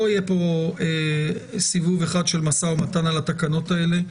לא יהיה פה סיבוב אחד של משא ומתן על התקנות האלה.